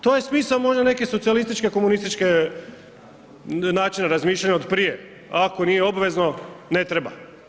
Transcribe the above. To je smisao možda neke socijalističke, komunističke, načina razmišljanja od prije, ako nije obvezno ne treba.